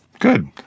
Good